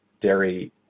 dairy